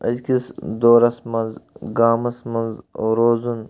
أزکِس دورَس منٛز گامَس منٛز روزُن